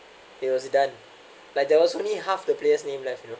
it was done like there was only half the player's name left you know